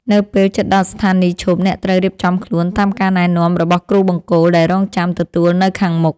នៅពេលជិតដល់ស្ថានីយឈប់ អ្នកត្រូវរៀបចំខ្លួនតាមការណែនាំរបស់គ្រូបង្គោលដែលរង់ចាំទទួលនៅខាងមុខ។